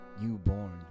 newborn